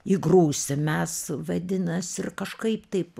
įgrūsim mes vadinas ir kažkaip taip